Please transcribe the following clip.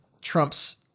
Trump's